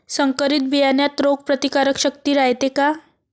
संकरित बियान्यात रोग प्रतिकारशक्ती रायते का?